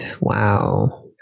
wow